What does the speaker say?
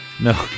No